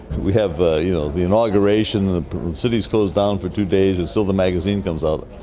we have ah you know the inauguration, the city is closed down for two days, and still the magazine comes out.